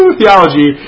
theology